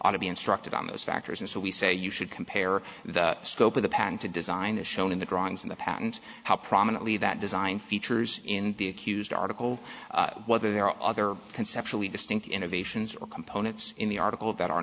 ought to be instructed on those factors and so we say you should compare the scope of the pan to design as shown in the drawings in the patent how prominently that design features in the accused article whether there are other conceptually distinct innovations or components in the article that are